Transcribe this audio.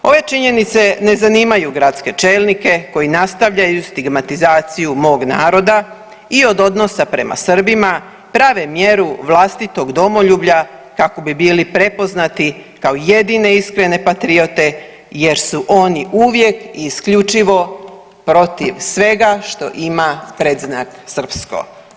Ove činjenice ne zanimaju gradske čelnike koji nastavljaju stigmatizaciju mog naroda i od odnosa prema Srbima prave mjeru vlastitog domoljublja kako bi bili prepoznati kao jedine iskrene patriote jer su oni uvijek i isključivo protiv svega što ima predznak srpsko.